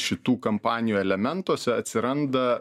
šitų kampanijų elementuose atsiranda